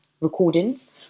recordings